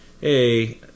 hey